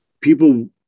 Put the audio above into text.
people